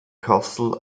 kassel